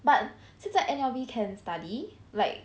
but like 现在 N_L_B can study like